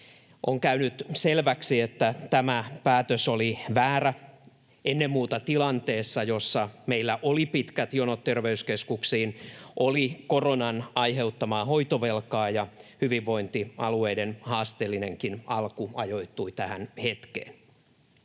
On käynyt selväksi, että tämä päätös oli väärä ennen muuta tilanteessa, jossa meillä oli pitkät jonot terveyskeskuksiin, oli koronan aiheuttamaa hoitovelkaa, ja hyvinvointialueiden haasteellinen alkukin ajoittui tähän hetkeen.